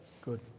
good